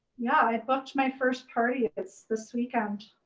yeah, i booked my first party. it's this weekend.